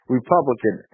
Republican